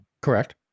Correct